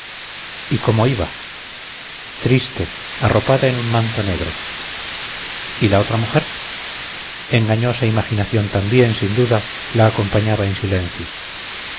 y cómo iba triste arropada en un manto negro y la otra mujer engañosa imaginación también sin duda la acompañaba en silencio